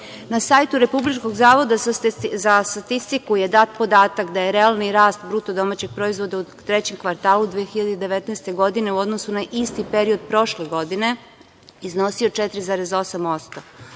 sajtu Republičkog zavoda za statistiku je dat podatak da je realni rast BDP u trećem kvartalu 2019. godine u odnosu na isti period prošle godine, iznosio 4,8%,